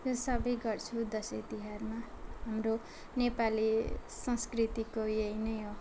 यो सबै गर्छु दसैँ तिहारमा हाम्रो नेपाली संस्कृतिको यही नै हो